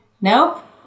Nope